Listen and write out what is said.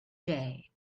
day